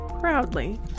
Proudly